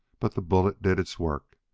but the bullet did its work.